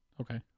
Okay